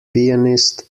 pianist